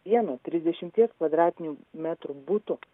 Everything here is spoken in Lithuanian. vieno trisdešimties kvadratinių metrų buto